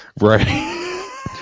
Right